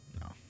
No